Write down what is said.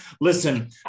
Listen